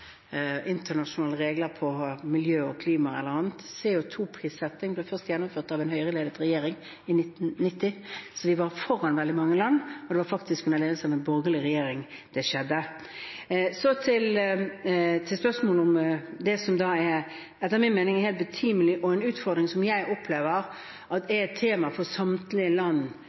internasjonale regler på miljø og klima e.l. CO 2 -prissetting ble først gjennomført av en Høyre-ledet regjering, i 1990, så vi var foran veldig mange land, og det var faktisk under ledelse av en borgerlig regjering det skjedde. Så til spørsmålet som etter min mening er helt betimelig, og en utfordring som jeg opplever er tema for samtlige land